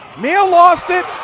meehl lost it.